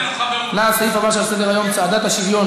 לסעיף הבא שעל סדר-היום: צעדת השוויון,